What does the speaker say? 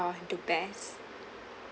the best